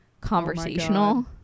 conversational